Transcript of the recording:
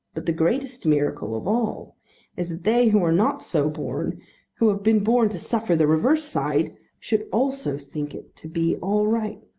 but the greatest miracle of all is that they who are not so born who have been born to suffer the reverse side should also think it to be all right.